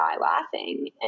laughing